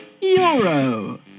euro